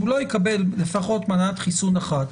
אם הוא לא יקבל לפחות מנת חיסון אחת,